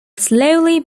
slowly